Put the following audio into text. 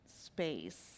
space